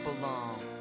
belong